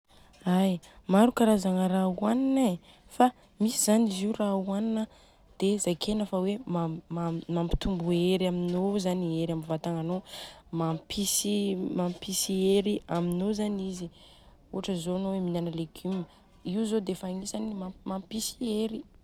Ai maro karazagna raha ohanina e. Fa misy zany izy io dia zakena fa hoa mampitombo hery amino zany, hery amin'ny vatagnanô. Mampisy hery aminô zany izy. Ohatra zany zô anô minana légume, io zô defa agnisany mampisy hery.